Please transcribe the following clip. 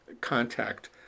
contact